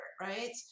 right